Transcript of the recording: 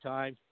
Time